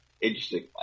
Interesting